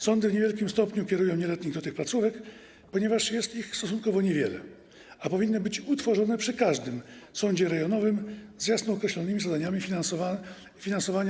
Sądy w niewielkim stopniu kierują nieletnich do tych placówek, ponieważ jest ich stosunkowo niewiele, a powinny być utworzone przy każdym sądzie rejonowym, mieć jasno określone zadania i finansowanie.